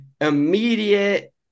immediate